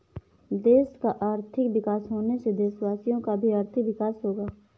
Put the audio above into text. देश का आर्थिक विकास होने से देशवासियों का भी आर्थिक विकास होगा